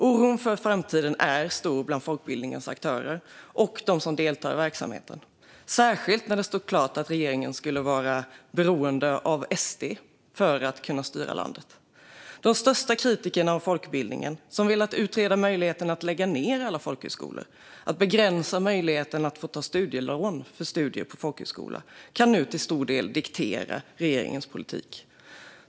Oron för framtiden är stor bland folkbildningens aktörer och dem som deltar i verksamheten, särskilt när det stod klart att regeringen skulle vara helt beroende av SD för att kunna styra landet. De största kritikerna av folkbildningen, som velat utreda möjligheten att lägga ned alla folkhögskolor och begränsa möjligheten att ta studielån för studier på folkhögskola, kan nu till stor del diktera regeringens politik.